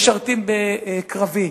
משרתים בקרבי,